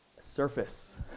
surface